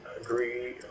agree